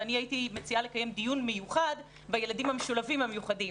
ואני הייתי מציעה לקיים דיון מיוחד בילדים המשולבים המיוחדים